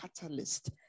catalyst